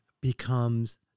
becomes